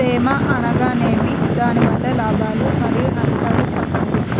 తేమ అనగానేమి? దాని వల్ల లాభాలు మరియు నష్టాలను చెప్పండి?